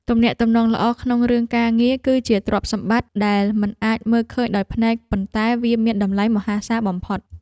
ទំនាក់ទំនងល្អក្នុងរឿងការងារ គឺជាទ្រព្យសម្បត្តិដែលមិនអាចមើលឃើញដោយភ្នែកប៉ុន្តែវាមានតម្លៃមហាសាលបំផុត។